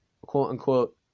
quote-unquote